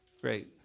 great